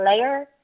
layer